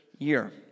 year